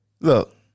Look